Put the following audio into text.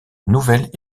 nouvelle